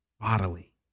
bodily